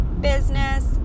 business